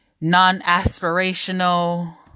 non-aspirational